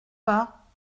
pas